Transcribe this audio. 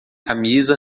camisa